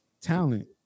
talent